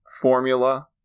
formula